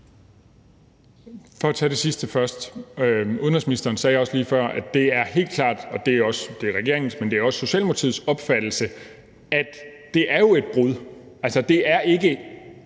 For at tage det sidste først: Udenrigsministeren sagde også lige før, at det helt klart er regeringens, men også Socialdemokratiets opfattelse, at det er et brud på dem. Det,